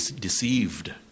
deceived